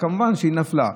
וכמובן שהיא נפלה.